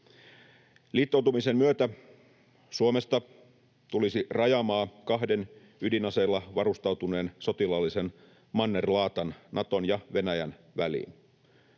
Liittoutumisen myötä Suomesta tulisi rajamaa kahden ydinaseilla varustautuneen sotilaallisen mannerlaatan, Naton ja Venäjän, väliin.